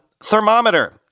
Thermometer